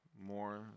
more